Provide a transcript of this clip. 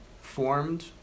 formed